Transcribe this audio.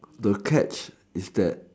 to catch is that